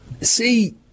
See